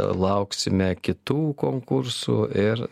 lauksime kitų konkursų ir